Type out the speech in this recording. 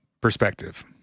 perspective